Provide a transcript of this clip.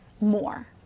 more